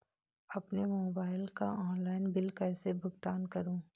अपने मोबाइल का online bill कैसे भुगतान करूं?